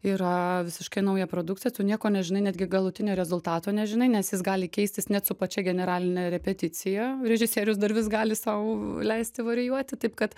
yra visiškai nauja produkcija tu nieko nežinai netgi galutinio rezultato nežinai nes jis gali keistis net su pačia generaline repeticija režisierius dar vis gali sau leisti varijuoti taip kad